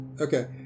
Okay